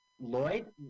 Lloyd